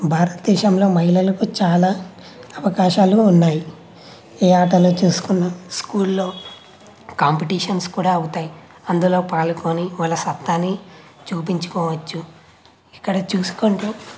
భారతదేశంలో మహిళలకు చాలా అవకాశాలు ఉన్నాయి ఏ ఆటలో చూసుకున్న స్కూల్లో కాంపిటీషన్ కూడా అవుతాయి అందులో పాల్గొని వాళ్ళ సత్తాని చూపించుకోవచ్చు ఇక్కడ చూసుకుంటే